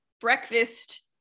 breakfast